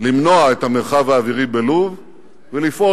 למנוע את המרחב האווירי בלוב ולפעול